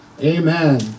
Amen